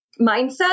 mindset